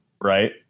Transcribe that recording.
right